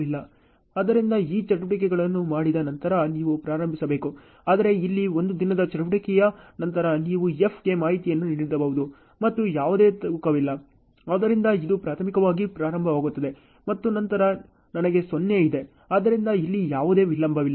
ಆದ್ದರಿಂದ ಈ ಚಟುವಟಿಕೆಗಳನ್ನು ಮಾಡಿದ ನಂತರ ನೀವು ಪ್ರಾರಂಭಿಸಬೇಕು ಆದರೆ ಇಲ್ಲಿ ಒಂದು ದಿನದ ಚಟುವಟಿಕೆಯ ನಂತರ ನೀವು F ಗೆ ಮಾಹಿತಿಯನ್ನು ನೀಡಬಹುದು ಮತ್ತು ಯಾವುದೇ ತೂಕವಿಲ್ಲ ಆದ್ದರಿಂದ ಇದು ಪ್ರಾಥಮಿಕವಾಗಿ ಪ್ರಾರಂಭವಾಗುತ್ತದೆ ಮತ್ತು ನಂತರ ನನಗೆ 0 ಇದೆ ಆದ್ದರಿಂದ ಇಲ್ಲಿ ಯಾವುದೇ ವಿಳಂಬವಿಲ್ಲ